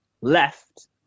left